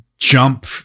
jump